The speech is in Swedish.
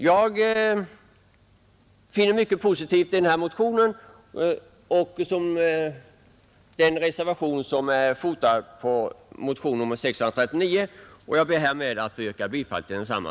Jag finner mycket positivt i denna motion, nr 639, och i den reservation som är fotad på den, och jag ber härmed att få yrka bifall till densamma.